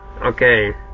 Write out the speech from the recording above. Okay